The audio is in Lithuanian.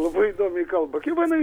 labai įdomiai kalba kaip manai